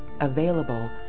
Available